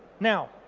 now,